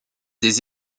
des